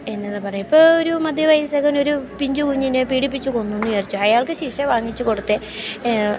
എന്നതാ പറയുക ഇപ്പ ഒരു മധ്യ വയസ്ക്കൻ ഒരു പിഞ്ചു കുഞ്ഞിനെ പീഡിപ്പിച്ചു കൊന്നു എന്ന് വിചാരിച്ചോ അയാൾക്ക് ശിക്ഷ വാങ്ങിച്ചു കൊടുത്തേ